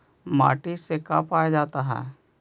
माटी से का पाया जाता है?